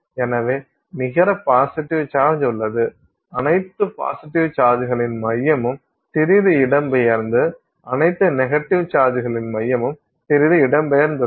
எனவே நிகர positive charge உள்ளது அனைத்து பாசிட்டிவ் சார்ஜ்களின் மையமும் சிறிது இடம்பெயர்ந்து அனைத்து நெகட்டிவ் சார்ஜ்களின் மையமும் சிறிது இடம்பெயர்ந்துள்ளது